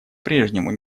прежнему